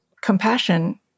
compassion